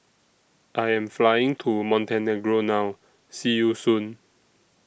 I Am Flying to Montenegro now See YOU Soon